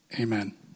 Amen